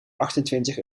achtentwintig